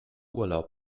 urlaub